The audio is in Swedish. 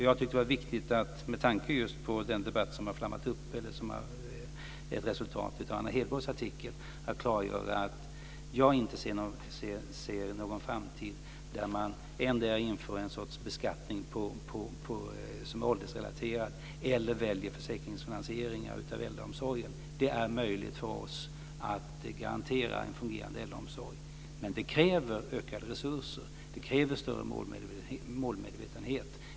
Jag tyckte att det, med tanke på just den debatt som har flammat upp och som är ett resultat av Anna Hedborgs artikel, var viktigt att klargöra att jag inte ser någon framtid där man endera inför en sorts beskattning som är åldersrelaterad eller väljer försäkringsfinansieringar av äldreomsorgen. Det är möjligt för oss att garantera en fungerande äldreomsorg, men det kräver ökade resurser. Det kräver större målmedvetenhet.